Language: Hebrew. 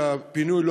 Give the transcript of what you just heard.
שהפינוי,